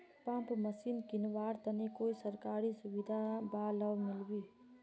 Pump machine किनवार तने कोई सरकारी सुविधा बा लव मिल्बी?